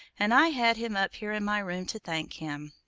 and i had him up here in my room to thank him.